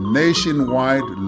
nationwide